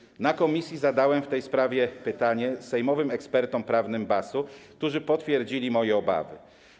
Na posiedzeniu komisji zadałem w tej sprawie pytanie sejmowym ekspertom prawnym BAS-u, którzy potwierdzili moje obawy.